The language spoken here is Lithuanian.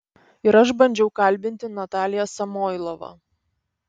ir aš bandžiau kalbinti nataliją samoilovą